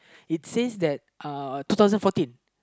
it says that uh two thousand fourteen